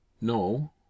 No